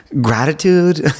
Gratitude